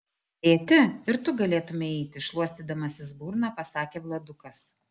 tėti ir tu galėtumei eiti šluostydamasis burną pasakė vladukas